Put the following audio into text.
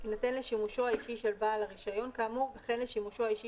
יינתן לשימושו האישי של בעל הרישיון כאמור וכן לשימושו האישי